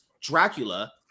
Dracula